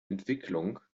entwicklung